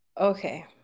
Okay